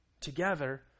together